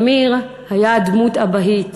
שמיר היה דמות אבהית,